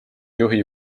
juhi